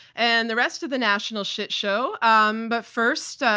and the rest of the national shit show. um but first,